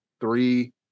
three